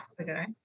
okay